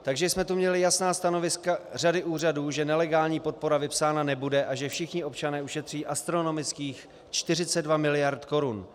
Takže jsme tu měli jasná stanoviska řady úřadů, že nelegální podpora vypsána nebude a že všichni občané ušetří astronomických 42 mld. Kč.